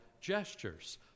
gestures